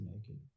naked